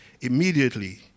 Immediately